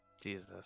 Jesus